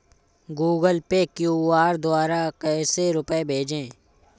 Google Pay QR द्वारा कैसे रूपए भेजें?